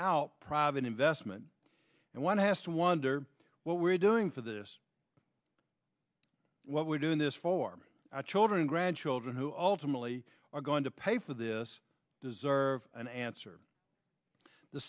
out private investment and one has to wonder what we're doing for this what we're doing this for children and grandchildren who ultimately are going to pay for this deserve an answer the